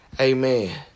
Amen